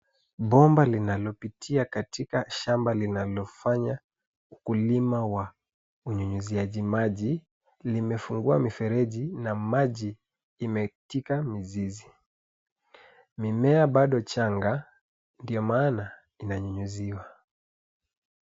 Bomba linalopitia katika shamba linalofanya ukulima wa unyunyiziaji maji imefungua mifereji na maji imekita mizizi. Mimea bado changa ndio maana inanyunyiziwa .